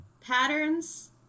patterns